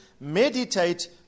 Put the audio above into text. Meditate